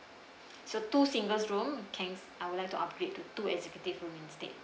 so two singles room can I would like to upgrade to two executive rooms instead